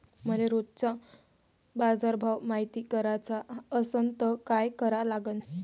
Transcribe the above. मले रोजचा बाजारभव मायती कराचा असन त काय करा लागन?